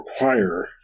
require